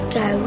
go